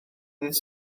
ddydd